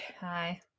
hi